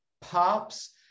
pops